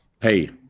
hey